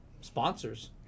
sponsors